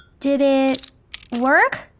did it work?